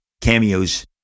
cameos